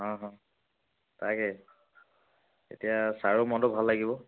অঁ অঁ তাকে এতিয়া ছাৰৰো মনটো ভাল লাগিব